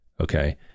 okay